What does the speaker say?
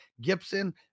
Gibson